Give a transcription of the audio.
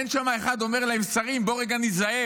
ואין שם אחד שאומר להם: שרים, בואו רגע ניזהר,